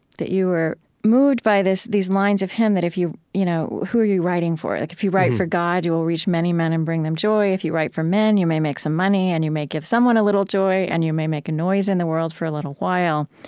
that you were moved by this these lines of him that if you you know who are you writing for? like, if you write for god, you will reach many men and bring them joy. if you write for men, you may make some money, and you may give someone a little joy, and you may make a noise in the world for a little while.